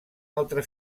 altre